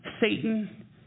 Satan